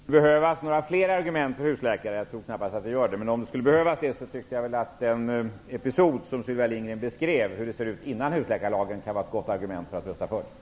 Herr talman! Om det skulle behövas några fler argument för husläkare -- jag tror knappast det -- tycker jag att den episod som Sylvia Lindgren beskrev, om hur det ser ut innan husläkarlagen införs, kan vara ett gott argument för att rösta för den.